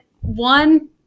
one